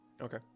Okay